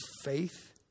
faith